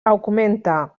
augmenta